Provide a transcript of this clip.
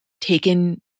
taken